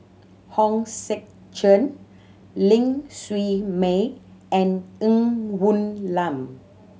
Hong Sek Chern Ling Siew May and Ng Woon Lam